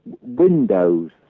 windows